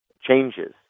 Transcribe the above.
changes